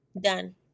done